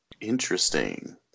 Interesting